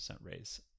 raise